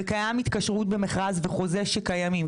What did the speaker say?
וקיים התקשרות במכרז וחוזה שקיימים.